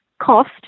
cost